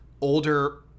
older